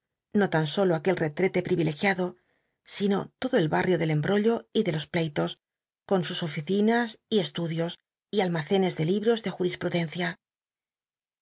no tan solo aquel retrete lw irilegiaclo sino lodo el barrio del embrollo y de los plcilos con su ofi cinns y csluclios y almacenes de libros de juris